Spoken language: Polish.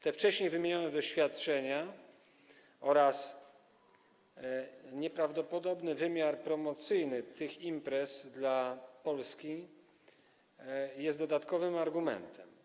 Te wcześniej wymienione doświadczenia oraz nieprawdopodobny wymiar promocyjny tych imprez dla Polski to dodatkowy argument.